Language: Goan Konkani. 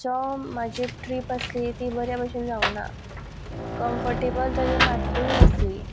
ज्यो म्हजी ट्रीप आसली ती बऱ्या भशेन जावना कम्फर्टेबल तर मातय नासली